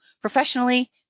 professionally